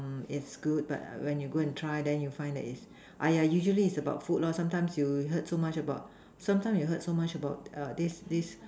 mm is good but when you go and try then you find that it's !Aiya! usually it's about food lah sometimes you heard so much about sometimes you heard so much about err this this